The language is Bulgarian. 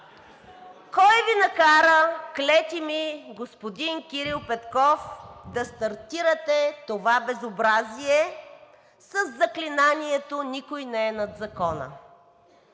Кой Ви накара, клети ми господин Кирил Петков, да стартирате това безобразие със заклинанието: „Никой не е над закона!“?